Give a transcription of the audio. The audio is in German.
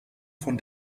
von